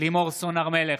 לימור סון הר מלך,